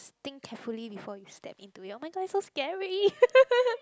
think carefully before you step into it oh-my-god it's so scary